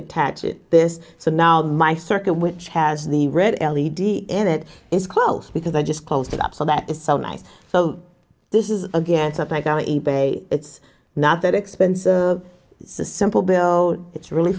attach it this so now my circuit which has the red l e d s in it is close because i just closed it up so that is so nice so this is again it's up i go e bay it's not that expensive a simple bill it's really